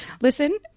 Listen